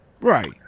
Right